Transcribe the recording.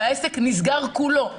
והעסק נסגר כולו,